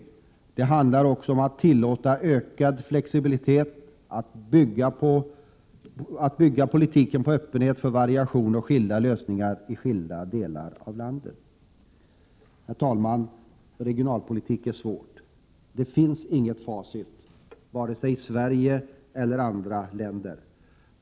Men det handlar också om att tillåta ökad flexibilitet, om att bygga politiken på öppenhet för variationer och skilda lösningar i olika delar av landet. Herr talman! Regionalpolitik är någonting svårt. Det finns inget facit vare sig i Sverige eller i andra länder.